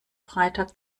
freitag